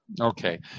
Okay